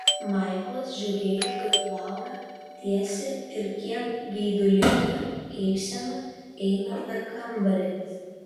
maiklas žiūrėjo kaip laura tiesia ir kiek geidulinga eisena eina per kambarį